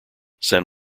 san